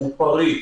בבקשה, שם ותפקיד.